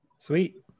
Sweet